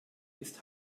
ist